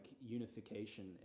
unification